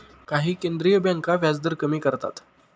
काही केंद्रीय बँका व्याजदर कमी करतात